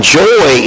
joy